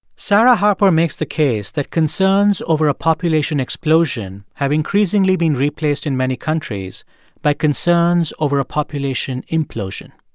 sarah harper makes the case that concerns over a population explosion have increasingly been replaced in many countries by concerns over a population implosion.